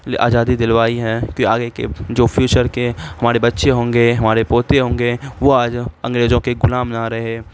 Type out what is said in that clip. آزادی دلوائی ہے کہ آگے کے جو فیوچر کے ہمارے بچے ہوں گے ہمارے پوتے ہوں گے وہ آج انگریزوں کے غلام نہ رہیں